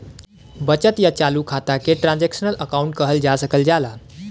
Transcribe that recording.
बचत या चालू खाता के ट्रांसक्शनल अकाउंट कहल जा सकल जाला